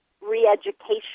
re-education